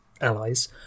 allies